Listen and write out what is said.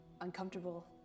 uncomfortable